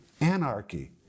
anarchy